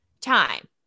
time